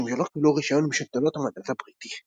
משום שלא קיבלו רישיון משלטונות המנדט הבריטי.